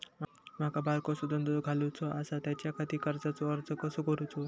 माका बारकोसो धंदो घालुचो आसा त्याच्याखाती कर्जाचो अर्ज कसो करूचो?